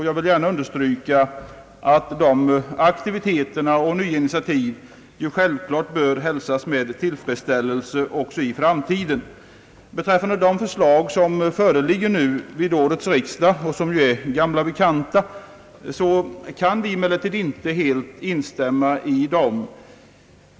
Jag vill gärna understryka, att dessa aktiviteter och nya initiativ självklart bör hälsas med tillfredställelse också i framtiden. De vid årets riksdag föreliggande förslagen — som ju är gamla bekanta — kan vi emellertid inte helt instämma i.